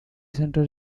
centre